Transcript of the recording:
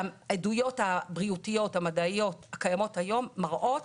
שהעדויות הבריאותיות, המדעיות הקיימות היום מראות